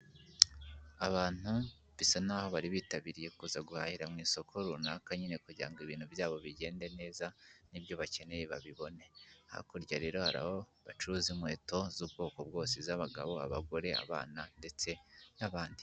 Abantu bisa naho bari bitabiriye kuza guhahira mu isoko runaka nyine kugira ngo ibintu byabo bigende neza n'ibyo bakeneye babibone. hakurya rero hri aho bacuruze inkweto z'ubwoko bwose z'abagabo, abagore, abana ndetse n'abandi.